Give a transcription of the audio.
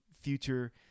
future